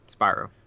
Spyro